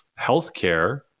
healthcare